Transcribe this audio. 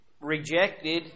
rejected